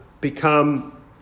become